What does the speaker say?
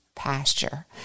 pasture